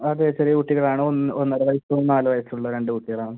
അതെ ചെറിയ കുട്ടികളാണ് ഒന്നര വയസ്സും നാല് വയസ്സും ഉള്ള രണ്ട് കുട്ടികളാണ്